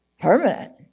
permanent